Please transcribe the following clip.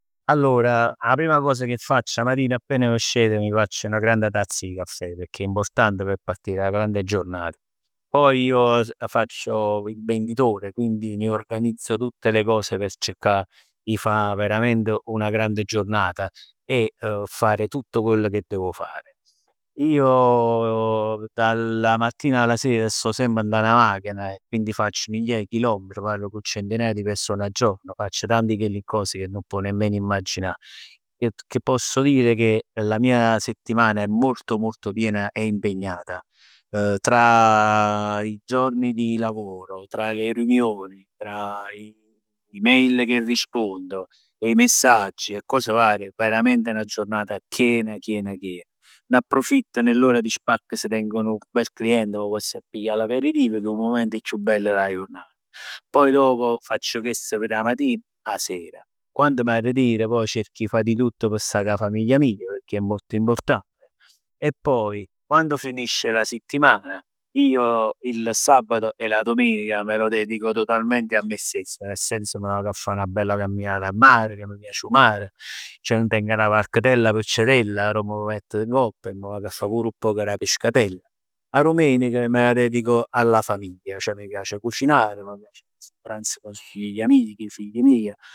Allora 'a primma cos che facc 'a matin appena m' scet, mi faccio 'na grande tazza 'e caffè, pecchè è importante partire cu 'a grande giornata. Poi io faccio il venditore, quindi mi organizzo tutte le cose p' cercà 'e fa veramente una grande giornata e p' fare tutto quello che devo fare. Io dalla mattina alla sera sto semp dint 'a 'na machina, quindi faccio migliaia 'e chilometri parlo cu centinaia 'e person al giorno, faccio tant 'e chelli cos che nun può nemmeno immagginà. Posso dire che la mia settimana è molto molto piena e impegnata. Tra i giorni di lavoro, tra le riunioni, tra email che rispondo e i messaggi e cos varie veramente è 'na giornata chiena chiena chien. Ne approfitto nell'ora di spacco se tengo un bel cliente e m' pozz andà 'a piglia l'aperitivo che è 'o mument chiù bell dà jurnat. Poi dopo facc chest dà matin 'a sera. Quann m'arritir poi cerco 'e fa di tutto p' sta cu 'a famiglia mia pecchè è molto importante e poi quando finisce la settimana, io il sabato e la domenica me lo dedico totalmente a me stesso, nel senso me ne vag 'a fa 'na bella camminata al mare ch' m' piace 'o mare. Teng 'na varchetella piccirell, arò m' mett ngopp e m' vag 'a fa pur 'o poc dà pescatella. 'A dummenic mi dedico alla famiglia, cioè m' piace cucinare, m' piace un pranzo i miei figli, 'e figli meje